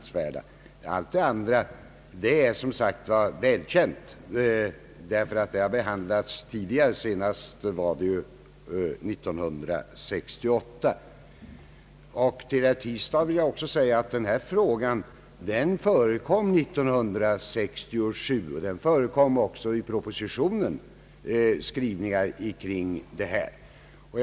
De övriga är välkända, eftersom motioner av liknande innehåll har behandlats tidigare, senast 1968. Till herr Tistad vill jag säga att denna fråga behandlades 1967 och också togs upp i propositionens skrivningar i detta sammanhang.